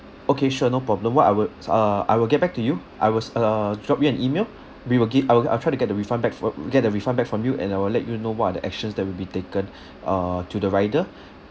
okay sure no problem what I will uh I will get back to you I will s~ uh drop you an email we will gi~ I will I'll try to get the refund back for get a refund back from you and I will let you know what are the actions that will be taken uh to the rider